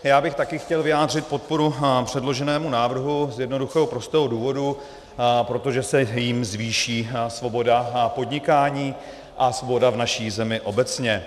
Já bych také chtěl vyjádřit podporu předloženému návrhu z jednoduchého prostého důvodu, protože se jím zvýší svoboda a podnikání a svoboda v naší zemi obecně.